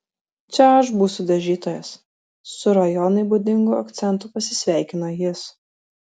čia aš būsiu dažytojas su rajonui būdingu akcentu pasisveikino jis